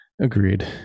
Agreed